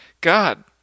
God